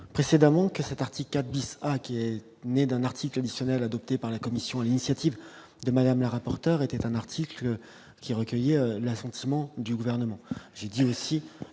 précédemment que cet article 4 bis qui est né d'un article additionnel adopté par la commission à l'initiative de Madame rapporteur était un article que j'ai recueilli la sonde seulement du gouvernement,